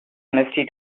mystery